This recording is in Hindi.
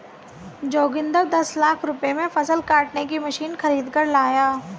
जोगिंदर दस लाख रुपए में फसल काटने की मशीन खरीद कर लाया